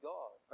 God